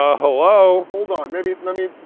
ah hello. hold on, maybe let me